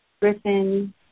Griffin